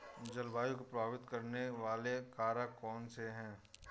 जलवायु को प्रभावित करने वाले कारक कौनसे हैं?